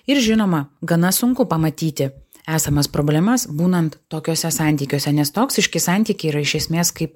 ir žinoma gana sunku pamatyti esamas problemas būnant tokiuose santykiuose nes toksiški santykiai yra iš esmės kai